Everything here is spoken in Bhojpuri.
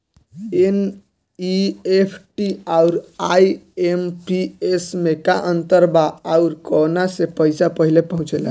एन.ई.एफ.टी आउर आई.एम.पी.एस मे का अंतर बा और आउर कौना से पैसा पहिले पहुंचेला?